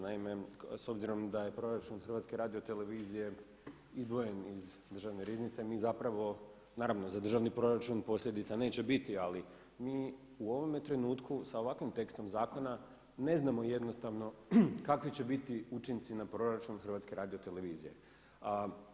Naime, s obzirom da je proračun HRT-a izdvojen iz Državne riznice mi zapravo, naravno za državni proračun posljedica neće biti, ali mi u ovome trenutku sa ovakvim tekstom zakona ne znamo jednostavno kakvi će biti učinci na proračun HRT-a.